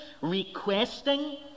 requesting